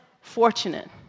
fortunate